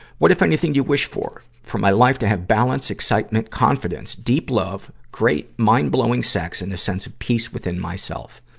what, if anything, you wish for? for my life to have balance, excitement, confidence, deep love, great, mind-blowing sex, and a sense of peace within myself.